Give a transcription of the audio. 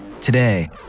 Today